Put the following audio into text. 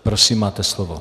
Prosím, máte slovo.